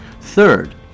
third